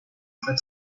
fred